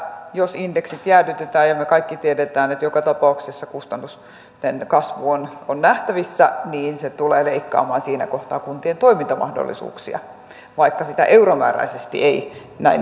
jos indeksit jäädytetään ja me kaikki tiedämme että joka tapauksessa kustannusten kasvu on nähtävissä niin se tulee leikkaamaan siinä kohtaa kuntien toimintamahdollisuuksia vaikka sitä euromääräisesti ei näin vähennettäisi